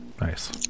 Nice